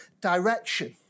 direction